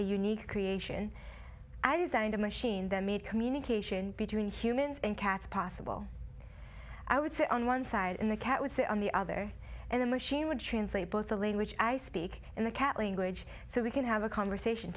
unique creation i designed a machine that made communication between humans and cats possible i would say on one side in the cat would sit on the other and the machine would translate both the lead which i speak in the kathleen so we can have a conversation